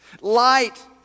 Light